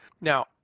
Now